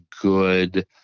good